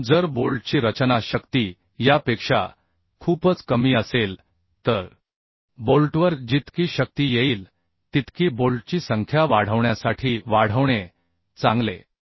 म्हणून जर बोल्टची रचना शक्ती यापेक्षा खूपच कमी असेल तर बोल्टवर जितकी शक्ती येईल तितकी बोल्टची संख्या वाढवण्यासाठी वाढवणे चांगले